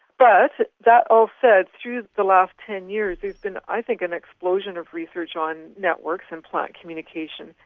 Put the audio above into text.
but, that all said, through the last ten years there has been i think an explosion of research on networks and plant communication.